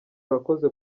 urakoze